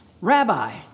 Rabbi